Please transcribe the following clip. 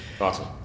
Awesome